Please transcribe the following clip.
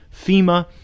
FEMA